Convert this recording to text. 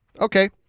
Okay